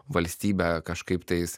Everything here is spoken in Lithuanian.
valstybe kažkaip tais